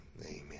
Amen